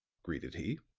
greeted he.